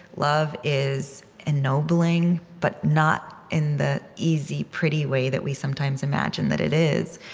love is ennobling, but not in the easy, pretty way that we sometimes imagine that it is,